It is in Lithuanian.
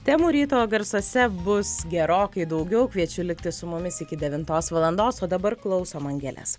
temų ryto garsuose bus gerokai daugiau kviečiu likti su mumis iki devintos valandos o dabar klausom angelės